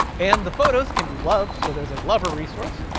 and the photos can be loved. so there's like lover resource.